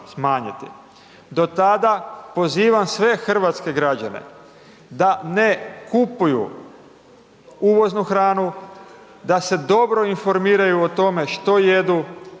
Do tada, pozivam sve hrvatske građane, da ne kupuju uvoznu hranu, da se dobro informiraju o tome, što jedu,